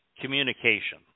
communication